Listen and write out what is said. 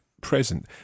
present